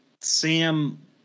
Sam